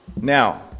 Now